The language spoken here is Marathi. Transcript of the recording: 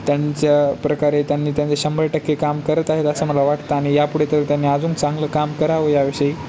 त्यांच्या प्रकारे त्यांनी त्यांचे शंभर टक्के काम करत आहेत असं मला वाटतं आणि यापुढे तर त्यांनी अजून चांगलं काम करावं याविषयी